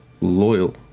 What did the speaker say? loyal